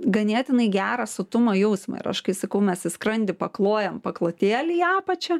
ganėtinai gerą sotumo jausmą ir aš kai sakau mes į skrandį paklojam paklotėlį į apačią